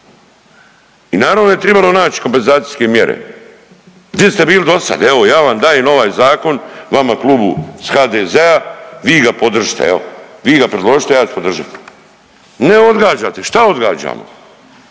i naravno da je tribalo nać kompenzacijske mjere, di ste bili dosad? Evo ja vam dajem ovaj zakon, vama Klubu iz HDZ-a i vi ga podržite evo, vi ga predložite, ja ću podržat. Ne odgađate, šta odgađamo,